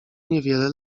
niewiele